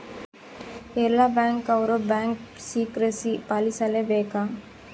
ಎಲ್ಲ ಬ್ಯಾಂಕ್ ಅವ್ರು bank secrecy ಪಾಲಿಸಲೇ ಬೇಕ